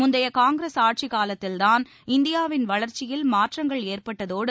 முந்தைய காங்கிரஸ் ஆட்சிக்காலத்தில்தான் இந்தியாவின் வளர்ச்சியில் மாற்றங்கள் ஏற்பட்டதோடு